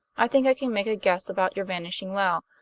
i think i can make a guess about your vanishing well,